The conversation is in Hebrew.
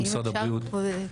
היושב-ראש,